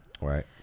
right